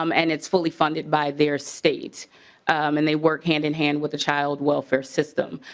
um and it's fully funded by their state and they work hand-in-hand with the child welfare system.